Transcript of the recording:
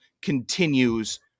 continues